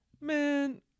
man